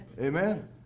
Amen